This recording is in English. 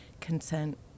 consent